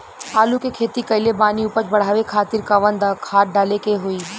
आलू के खेती कइले बानी उपज बढ़ावे खातिर कवन खाद डाले के होई?